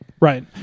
Right